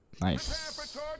nice